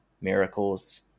miracles